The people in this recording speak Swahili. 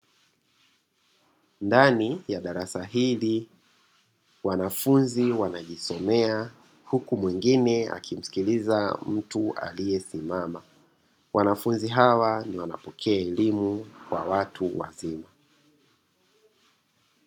Ndani ya darasa hili wanafunzi wanajisomea, huku mwingine akimsikiliza mtu aliye simama. Wanafunzi hawa ni wanapokea elimu kwa watu wazima.